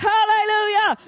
Hallelujah